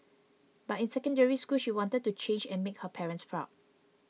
but in Secondary School she wanted to change and make her parents proud